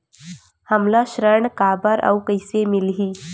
हमला ऋण काबर अउ कइसे मिलही?